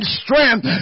strength